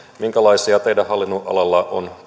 minkälaisia toimenpiteitä teidän hallinnonalallanne on